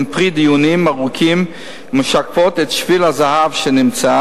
הן פרי דיונים ארוכים ומשקפות את שביל הזהב שנמצא